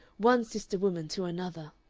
one sister-woman to another.